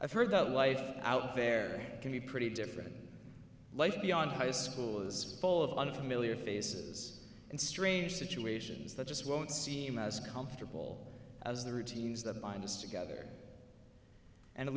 i've heard that life out there can be pretty different life beyond high school is full of unfamiliar faces and strange situations that just won't seem as comfortable as the routines that bind us together and at